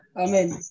Amen